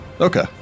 Okay